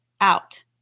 out